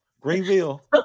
Greenville